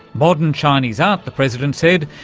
modern chinese art, the president said,